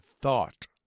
thought